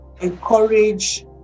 encourage